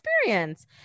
Experience